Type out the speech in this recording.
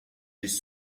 his